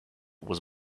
was